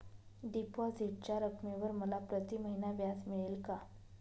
डिपॉझिटच्या रकमेवर मला प्रतिमहिना व्याज मिळेल का?